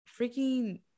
freaking